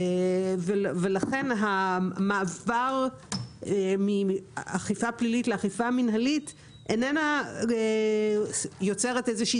לכן המעבר מאכיפה פלילית לאכיפה מינהלית איננו יוצר איזושהי